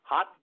Hot